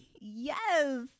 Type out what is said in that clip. Yes